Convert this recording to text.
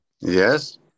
Yes